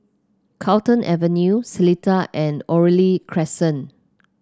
Carlton Avenue Seletar and Oriole Crescent